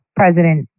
president